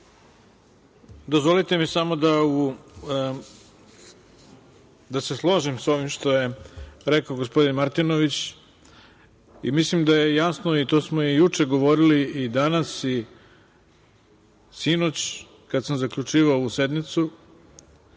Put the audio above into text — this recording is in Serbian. Hvala. Dozvolite mi samo da se složim sa ovim što je rekao gospodin Martinović i mislim da je jasno i to smo i juče govorili i danas i sinoć kada sam zaključivao ovu sednicu,